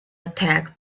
attack